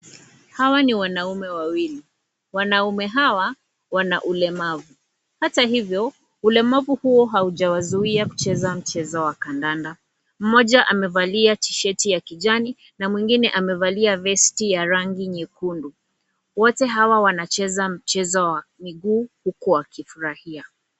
Hawa ni wanaume wawili, wanaume hawa wana ulemavu hata hivyo ulemavu huo haujawazuia kucheza mchezo wa kandanda mmoja amevalia tishati ya kijani na mwingine amevalia vesti ya rangi nyekundu, wote hawa wanacheza mchezo wa miguu huku wakifurahia.